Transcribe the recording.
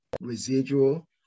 residual